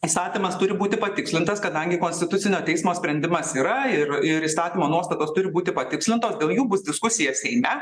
įstatymas turi būti patikslintas kadangi konstitucinio teismo sprendimas yra ir ir įstatymo nuostatos turi būti patikslintos gėl jų bus diskusija seime